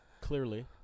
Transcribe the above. Clearly